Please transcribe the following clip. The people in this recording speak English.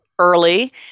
early